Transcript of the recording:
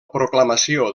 proclamació